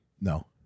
no